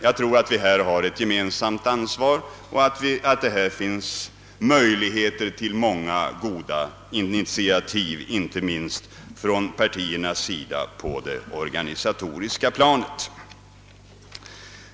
Jag tror att vi alla härvidlag har ett stort ansvar och att det finns möjligheter till många goda initiativ på det organisatoriska planet, inte minst från partiernas sida.